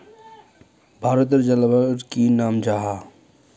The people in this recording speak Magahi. भारतेर जलवायुर की नाम जाहा?